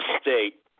State